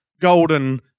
golden